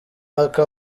aka